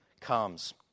comes